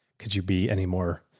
could you be any more?